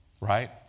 Right